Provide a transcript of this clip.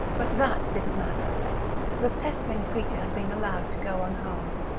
but that didn't matter the pestering creature had been allowed to go unharmed.